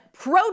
pro